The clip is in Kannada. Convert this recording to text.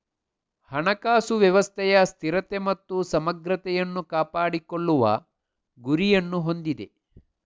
ಹಣಕಾಸು ವ್ಯವಸ್ಥೆಯ ಸ್ಥಿರತೆ ಮತ್ತು ಸಮಗ್ರತೆಯನ್ನು ಕಾಪಾಡಿಕೊಳ್ಳುವ ಗುರಿಯನ್ನು ಹೊಂದಿದೆ